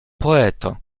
poeto